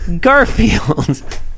Garfield